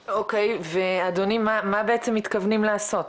אוקי, ואדוני, מה בעצם מתכוונים לעשות?